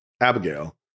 Abigail